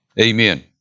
Amen